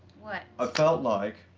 what? i felt like.